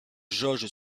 jauge